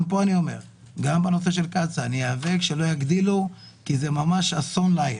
גם בנושא של קצא"א אני איאבק שלא יגדילו כי זה ממש אסון לעיר.